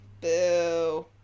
Boo